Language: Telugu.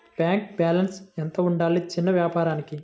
బ్యాంకు బాలన్స్ ఎంత ఉండాలి చిన్న వ్యాపారానికి?